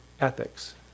ethics